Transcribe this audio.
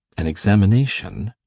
an examination?